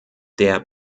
der